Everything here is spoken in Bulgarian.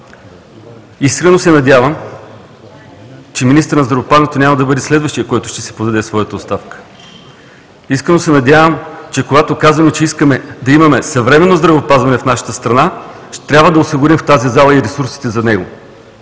Искрено се надявам, че министърът на здравеопазването няма да бъде следващият, който ще подаде своята оставка. Искрено се надявам, че когато казваме, че искаме да имаме съвременно здравеопазване в нашата страна, ще трябва да осигурим в тази зала и ресурсите за него,